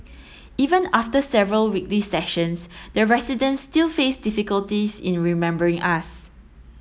even after several weekly sessions the residents still faced difficulties in remembering us